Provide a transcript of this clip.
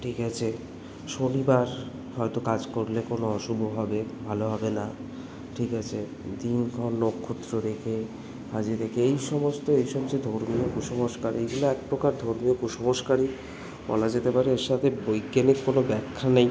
ঠিক আছে শনিবার হয়তো কাজ করলে কোনো অশুভ হবে ভালো হবে না ঠিক আছে দিনক্ষণ নক্ষত্র দেখে পাঁজি দেখে এই সমস্ত এই সমস্ত ধর্মীয় কুসংস্কার এগুলো এক প্রকার ধর্মীয় কুসংস্কারই বলা যেতে পারে এর সাথে বৈজ্ঞানিক কোনো ব্যাখা নেই